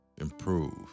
improve